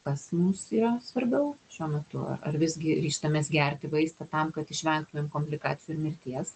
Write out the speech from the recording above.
kas mums yra svarbiau šiuo metu ar ar visgi ryžtamės gerti vaistą tam kad išvengtumėm komplikacijų ir mirties